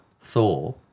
Thor